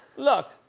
look,